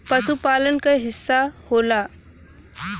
पसुपालन क हिस्सा होला